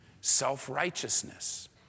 self-righteousness